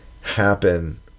happen